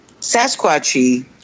Sasquatchy